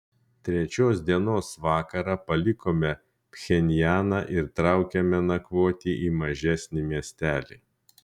trečios dienos vakarą palikome pchenjaną ir traukėme nakvoti į mažesnį miestelį